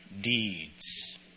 deeds